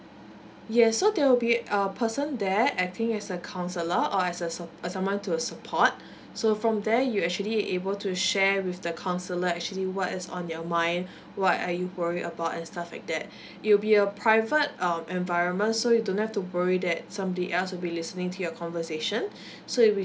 yes so there'll be a person there acting as a counsellor or as a su~ someone to support so from there you'll actually able to share with the counsellor actually what is on your mind what are you worried about and stuff like that it'll be a private um environment so you do not have to worry that somebody else will be listening to your conversation so it'll be